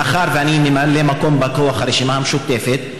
מאחר שאני בא כוח הרשימה המשותפת,